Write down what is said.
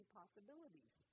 possibilities